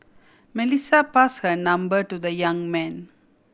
Melissa pass her number to the young man